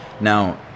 Now